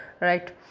right